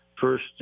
First